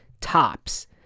tops